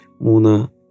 Muna